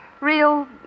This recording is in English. real